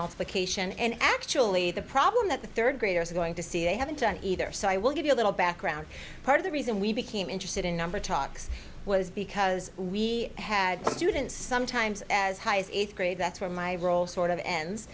multiplication and actually the problem that the third graders are going to see a haven't done either so i will give you a little background part of the reason we became interested in number talks was because we had students sometimes as high as eighth grade that's where my role sort of ends